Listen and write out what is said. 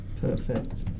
Perfect